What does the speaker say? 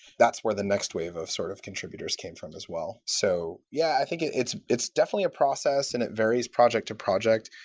that's where the next wave of sort of contributors came from as well. so yeah i think it's it's definitely a process, and it varies project to project.